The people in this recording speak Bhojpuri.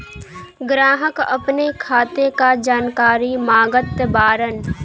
ग्राहक अपने खाते का जानकारी मागत बाणन?